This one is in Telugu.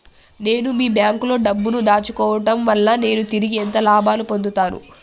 నేను మీ బ్యాంకులో డబ్బు ను దాచుకోవటం వల్ల నేను తిరిగి ఎంత లాభాలు పొందుతాను?